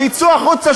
שיצאו החוצה,